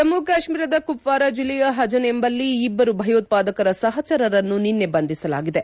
ಜಮ್ಮು ಕಾಶ್ಮೀರದ ಕುಪ್ಟಾರ ಜಿಲ್ಲೆಯ ಹಜನ್ ಎಂಬಲ್ಲಿ ಇಬ್ಬರು ಭಯೋತ್ಪಾದಕರ ಸಹಚರರನ್ನು ನಿನ್ನೆ ಬಂಧಿಸಲಾಗಿದೆ